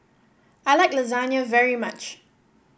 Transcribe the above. I like Lasagne very much